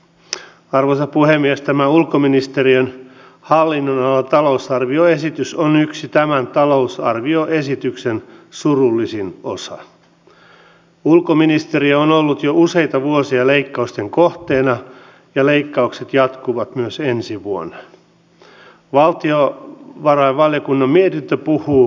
se on siis menossa niin että siellä temissä ei ajatella nyt sillä lailla että se olisi pelkästään johonkin starttirahaan palkkatukeen vaan muun muassa tähän itsensä työllistämiseen vaan kaikkeen me tarvitsemme uusia keinoja